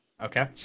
Okay